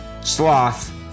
sloth